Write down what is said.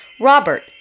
Robert